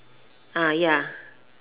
ah ya